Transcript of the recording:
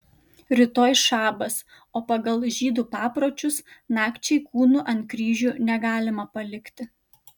rytoj šabas o pagal žydų papročius nakčiai kūnų ant kryžių negalima palikti